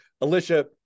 Alicia